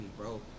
bro